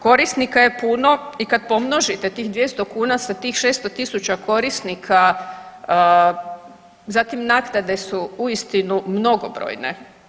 Korisnika je puno i kad pomnožite tih 200 kuna sa tih 600.000 korisnika zatim naknade su uistinu mnogobrojne.